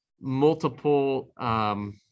multiple